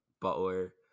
Butler